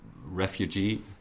refugee